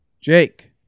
Jake